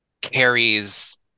carries